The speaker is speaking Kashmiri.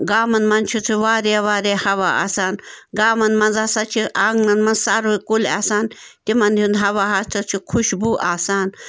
گامَن منٛز چھُ چھُ واریاہ واریاہ ہوا آسان گامَن منٛز ہَسا چھِ آنٛگنَن منٛز سَروٕ کُلۍ آسان تِمَن ہُنٛد ہوا ہَسا چھُ خُشبوٗ آسان